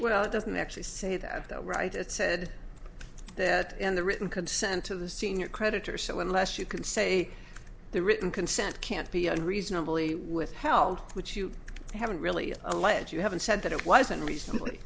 well it doesn't actually say that right it said that in the written consent to the senior creditor so unless you can say the written consent can't be unreasonably withheld which you haven't really allege you haven't said that it wasn't recently